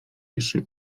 jeszcze